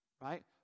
right